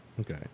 Okay